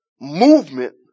movement